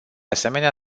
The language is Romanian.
asemenea